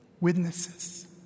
Witnesses